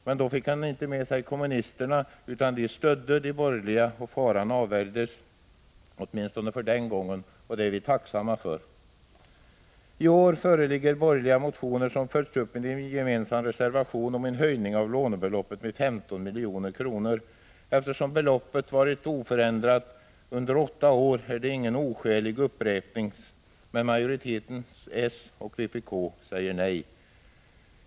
Men socialdemokraterna fick inte kommunisterna med sig, utan dessa stödde de borgerliga. Faran avvärjdes — åtminstone för den gången. Och det är vi tacksamma för. I år föreligger borgerliga motioner som följts upp med en gemensam reservation om en höjning av lånebeloppet med 15 milj.kr. Eftersom beloppet varit oförändrat under åtta år, är det ingen oskälig uppräkning. Men majoriteten, socialdemokraterna och vpk, säger nej.